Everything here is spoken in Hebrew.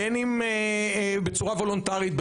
בין אם בצורה וולונטרית,